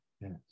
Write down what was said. Yes